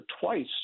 twice